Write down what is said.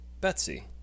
Betsy